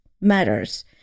matters